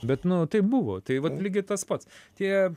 bet nu taip buvo tai vat lygiai tas pats tie